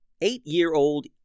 Eight-year-old